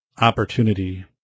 opportunity